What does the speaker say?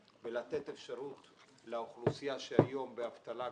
ולתת אפשרות לאוכלוסייה שהיום היא באבטלה גבוהה,